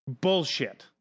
bullshit